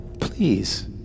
Please